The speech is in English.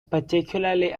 particularly